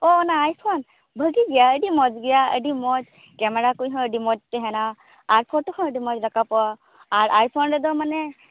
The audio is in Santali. ᱳ ᱚᱱᱟ ᱟᱭᱯᱷᱳᱱ ᱵᱷᱟᱹᱜᱮ ᱜᱮᱭᱟ ᱟᱹᱰᱤ ᱢᱚᱡᱽ ᱜᱮᱭᱟ ᱟᱹᱰᱤ ᱢᱚᱡᱽ ᱠᱮᱢᱮᱨᱟ ᱠᱚᱦᱚᱸ ᱟᱹᱰᱤ ᱢᱚᱡᱽ ᱛᱟᱦᱮᱸᱱᱟ ᱟᱨ ᱯᱷᱳᱴᱳ ᱦᱚᱸ ᱟᱹᱰᱤ ᱢᱚᱡᱽ ᱨᱟᱠᱟᱵᱚᱜᱼᱟ ᱟᱨ ᱟᱭᱯᱷᱳᱱ ᱨᱮᱫᱚ ᱢᱟᱱᱮ